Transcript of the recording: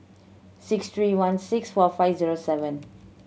six three one six four five zero seven